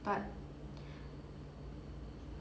but